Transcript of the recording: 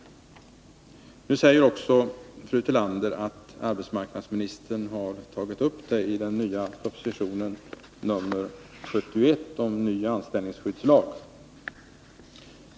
Fredagen den Nu säger också fru Tillander att arbetsmarknadsministern tagit upp dettai 11 december 1981 den nya propositionen nr 71 om ny anställningsskyddslag.